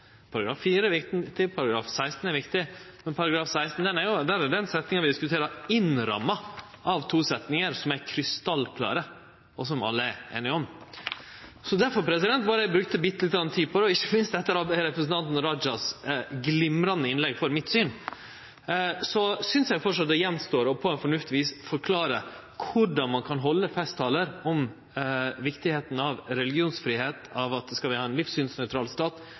er viktig, og § 16 er viktig, men i § 16 er den setninga vi diskuterer, ramma inn av to setningar som er krystallklare, og som alle er einige om. Difor var det eg brukte bitte lite grann tid på det, ikkje minst etter representanten Raja sitt glimrande innlegg for mitt syn. Så synest eg framleis det står att på eit fornuftig vis å forklare korleis ein kan halde festtalar om viktigheita av religionsfridom, av at vi skal ha ein livssynsnøytral stat,